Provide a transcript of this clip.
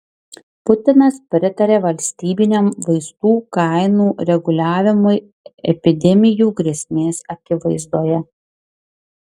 putinas pritarė valstybiniam vaistų kainų reguliavimui epidemijų grėsmės akivaizdoje